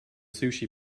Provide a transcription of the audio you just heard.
sushi